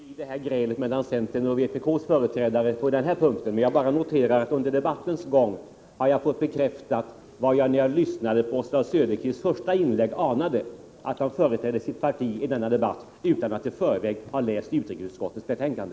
Fru talman! Jag lägger mig naturligtvis inte i grälet mellan centerns och vpk:s företrädare på denna punkt. Låt mig bara notera att jag under debattens gång har fått bekräftat vad jag, när jag lyssnade på Oswald Söderqvists första inlägg, anade, nämligen att han företrädde sitt parti i denna debatt utan att i förväg ha läst utrikesutskottets betänkande.